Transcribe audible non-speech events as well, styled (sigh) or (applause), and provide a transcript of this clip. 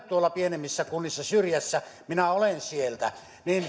(unintelligible) tuolla pienemmissä kunnissa syrjässä minä olen sieltä